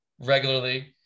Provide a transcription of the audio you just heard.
regularly